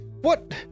what-